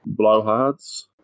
blowhards